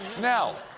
now,